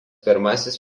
pirmasis